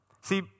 See